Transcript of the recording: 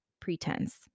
pretense